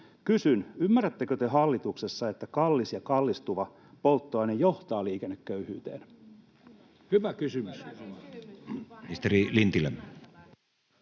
Kysyn: ymmärrättekö te hallituksessa, että kallis ja kallistuva polttoaine johtaa liikenneköyhyyteen? [Sanna Antikainen: